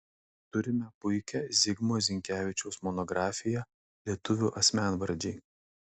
turime puikią zigmo zinkevičiaus monografiją lietuvių asmenvardžiai